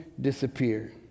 disappear